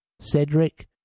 Cedric